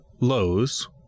Lowe's